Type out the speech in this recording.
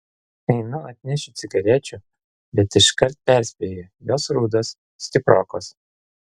einu atnešiu cigarečių bet iškart perspėju jos rudos stiprokos